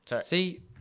See